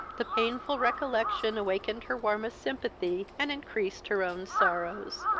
the painful recollection awakened her warmest sympathy, and increased her own sorrows.